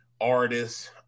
artists